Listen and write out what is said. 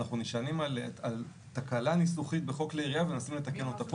אנחנו נשענים על תקלה ניסוחית בחוק כלי ירייה ומנסים לתקן אותה.